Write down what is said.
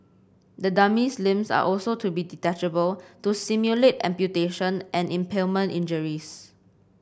the dummy's limbs are also to be detachable to simulate amputation and impalement injuries